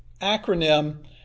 acronym